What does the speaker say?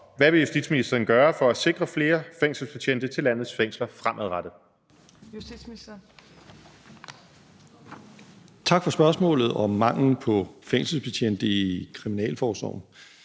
hvad vil ministeren gøre for at sikre flere fængselsbetjente til landets fængsler fremadrettet?